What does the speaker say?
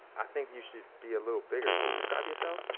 i think you should be a little bigger. can you describe yourself?